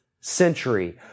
century